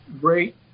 great